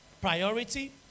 Priority